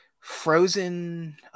Frozen